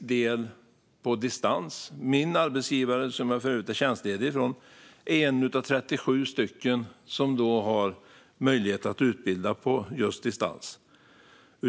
Av 330 utbildningssamordnare är min arbetsgivare, som jag för övrigt är tjänstledig från, en av 37 som har möjlighet att utbilda på distans.